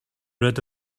rid